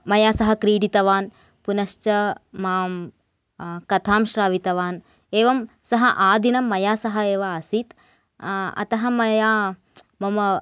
मया सह क्रीडितवान् पुनश्च मां कथां श्रावितवान् एवं सः आदिनं मया सह एव आसीत् अतः मया मम